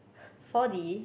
four D